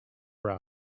brass